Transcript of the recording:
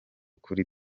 kuri